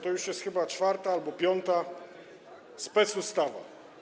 To już jest chyba czwarta albo piąta specustawa.